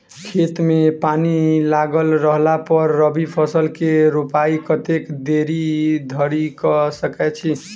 खेत मे पानि लागल रहला पर रबी फसल केँ रोपाइ कतेक देरी धरि कऽ सकै छी?